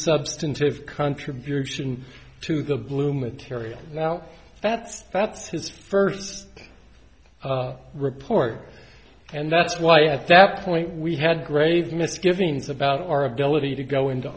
substantive contribution to the blue material now that's that's his first report and that's why at that point we had grave misgivings about our ability to go into